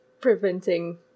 preventing